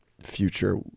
future